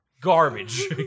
Garbage